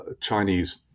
Chinese